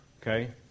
okay